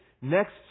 next